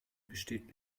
besteht